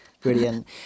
Brilliant